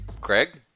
Craig